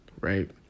right